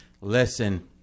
listen